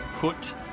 put